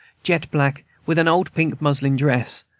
jet black, with an old pink muslin dress,